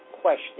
question